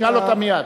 נשאל אותה מייד.